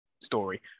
story